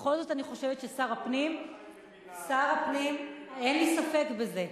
ובכל זאת אני חושבת ששר הפנים, אין לי ספק בזה,